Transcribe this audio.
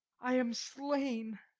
i am slain!